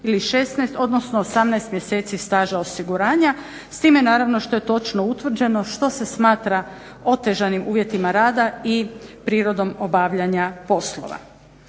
ili 18, odnosno 18 mjeseci staža osiguranja, s time naravno što je točno utvrđeno što se smatra otežanim uvjetima rada i prirodom obavljanja poslova.